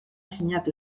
sinatu